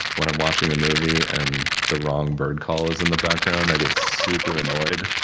when i'm watching a movie and the wrong bird call is in the background, i get super annoyed.